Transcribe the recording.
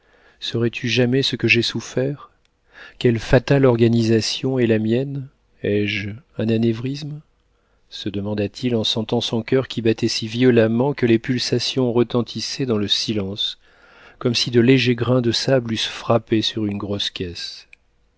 sauras-tu jamais ce que j'ai souffert quelle fatale organisation est la mienne ai-je un anévrisme se demanda-t-il en sentant son coeur qui battait si violemment que les pulsations retentissaient dans le silence comme si de légers grains de sable eussent frappé sur une grosse caisse